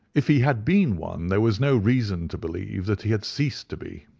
if he had been one there was no reason to believe that he had ceased to be.